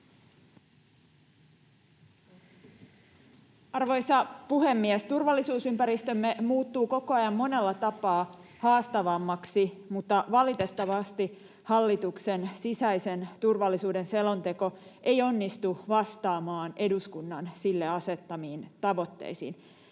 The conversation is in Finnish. Arvoisa puhemies! Turvallisuusympäristömme muuttuu koko ajan monella tapaa haastavammaksi, mutta valitettavasti hallituksen sisäisen turvallisuuden selonteko ei onnistu vastaamaan eduskunnan sille asettamiin tavoitteisiin.